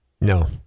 No